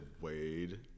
wade